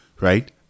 right